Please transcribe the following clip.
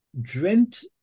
dreamt